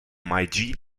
meiji